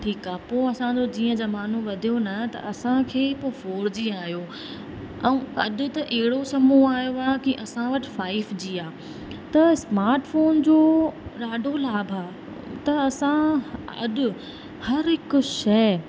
ठीकु आहे पोइ असांजो जीअं ज़मानो वधियो न त असांखे पोइ फोर जी आहियो ऐं अॼु त त अहिड़ो समूह आयो आहे कि असां वटि फाइव जी आहे त स्मार्ट फ़ोन जो ॾाढो लाभु आहे त असां अॼु हर हिकु शइ